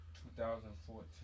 2014